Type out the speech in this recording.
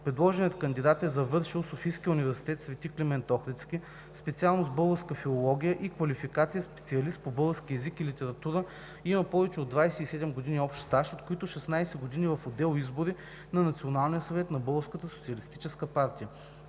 Предложеният кандидат е завършил Софийския университет „Св. Климент Охридски“, специалност „Българска филология“ и квалификация „Специалист по български език и литература“. Има повече от 27 години общ стаж, от които 16 години в отдел „Избори“ на Националния съвет на Българската социалистическа партия.